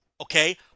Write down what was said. okay